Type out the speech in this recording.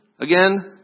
again